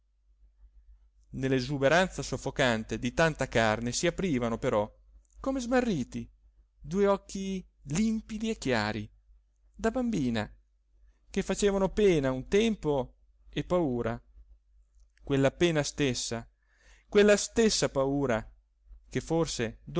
nell'esuberanza soffocante di tanta carne si aprivano però come smarriti due occhi limpidi e chiari da bambina che facevano pena a un tempo e paura quella pena stessa quella stessa paura che forse